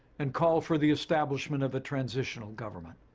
and call for the establishment of a transitional government.